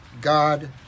God